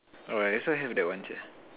oh I also have that one sia